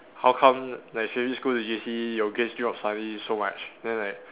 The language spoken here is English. how come like secondary school to J_C your grades suddenly so much then like